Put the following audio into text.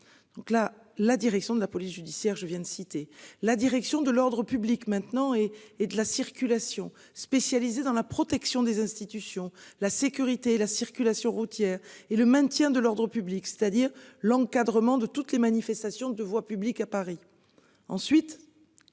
Donc la la direction de la police judiciaire. Je viens de citer. La direction de l'Ordre public maintenant et et de la circulation, spécialisée dans la protection des institutions, la sécurité, la circulation routière et le maintien de l'ordre public, c'est-à-dire l'encadrement de toutes les manifestations de voie publique à Paris.